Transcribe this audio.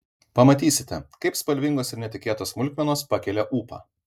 pamatysite kaip spalvingos ir netikėtos smulkmenos pakelia ūpą